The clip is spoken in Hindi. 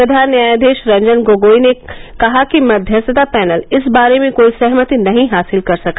प्रधान न्यायाधीश रंजन गोगोई ने कहा कि मध्यस्थता पैनल इस बारे में कोई सहमति नहीं हासिल कर सका